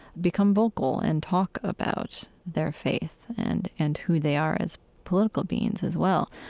become vocal and talk about their faith and and who they are as political beings as well.